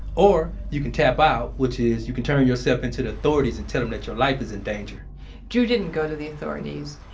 or, you can tap out, which is you can turn yourself into the authorities and tell them that your life is in danger drew didn't go to the authorities